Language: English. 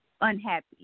unhappy